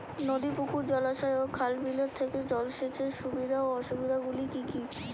নদী পুকুর জলাশয় ও খাল বিলের থেকে জল সেচের সুবিধা ও অসুবিধা গুলি কি কি?